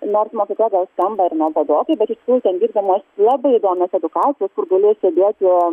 nors mokykla gal skamba ir nuobodokai bet iš tikrųjų ten vykdomos labai įdomios edukacijos kur gali sėdėti